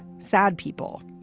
sad people,